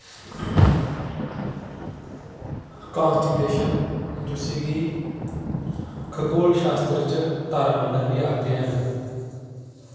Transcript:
constellation जिसी कि खगोल शास्त्र च तारामंडल बी आखदे हैन